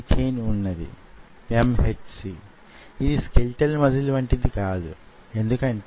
ఉపరితలం నుంచి micro cantilever ల ఎర్రే ఎచ్చింగ్ చేయబడి వుంటుంది